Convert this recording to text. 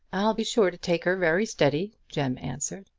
i'll be sure to take her wery steady, jem answered.